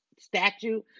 statue